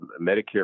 Medicare